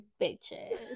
bitches